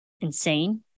insane